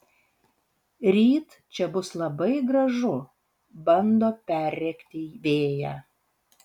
ryt čia bus labai gražu bando perrėkti vėją